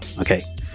okay